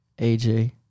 AJ